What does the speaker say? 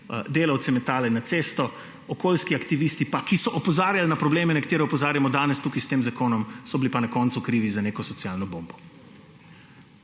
delavce metale na cesto, okoljski aktivisti, ki so opozarjali na probleme, na katere opozarjamo danes tu s tem zakonom, so bili pa na koncu krivi za neko socialno bombo.